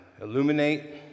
illuminate